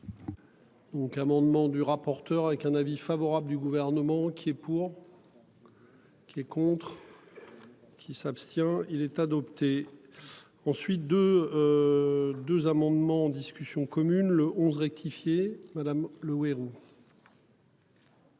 un amendement du rapporteur avec un avis favorable du gouvernement qui est pour. Qui est contre. Qui s'abstient. Il est adopté. Ensuite de. Deux amendements en discussion commune le 11 rectifié madame Le Houerou.